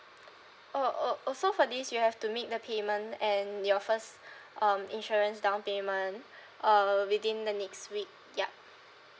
oh oh also for this you have to make the payment and your first um insurance down payment uh within the next week ya